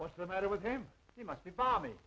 what's the matter with him he must be bombing